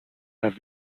have